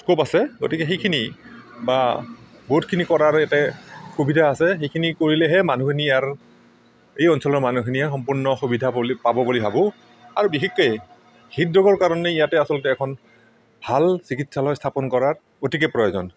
scope আছে গতিকে সেইখিনি বা বহুতখিনি কৰাৰ ইয়াতে সুবিধা আছে সেইখিনি কৰিলেহে মানুহখিনি আৰ এই অঞ্চলৰ মানুহখিনিয়ে সম্পূৰ্ণ সুবিধা বুলি পাব বুলি ভাবোঁ আৰু বিশেষকৈ হৃদৰোগৰ কাৰণে ইয়াতে আচলতে এখন ভাল চিকিৎসালয় স্থাপন কৰাৰ অতিকে প্ৰয়োজন